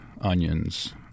onions